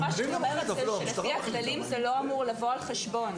מה שאני אומרת זה רק שלפי הכללים זה לא אמור לבוא על חשבון.